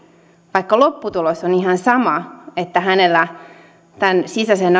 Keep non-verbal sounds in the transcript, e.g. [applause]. vaikka lopputulos on ihan sama että hänellä tämän sisäisen [unintelligible]